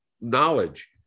knowledge